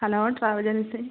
hello travel agency